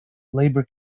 labour